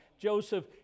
Joseph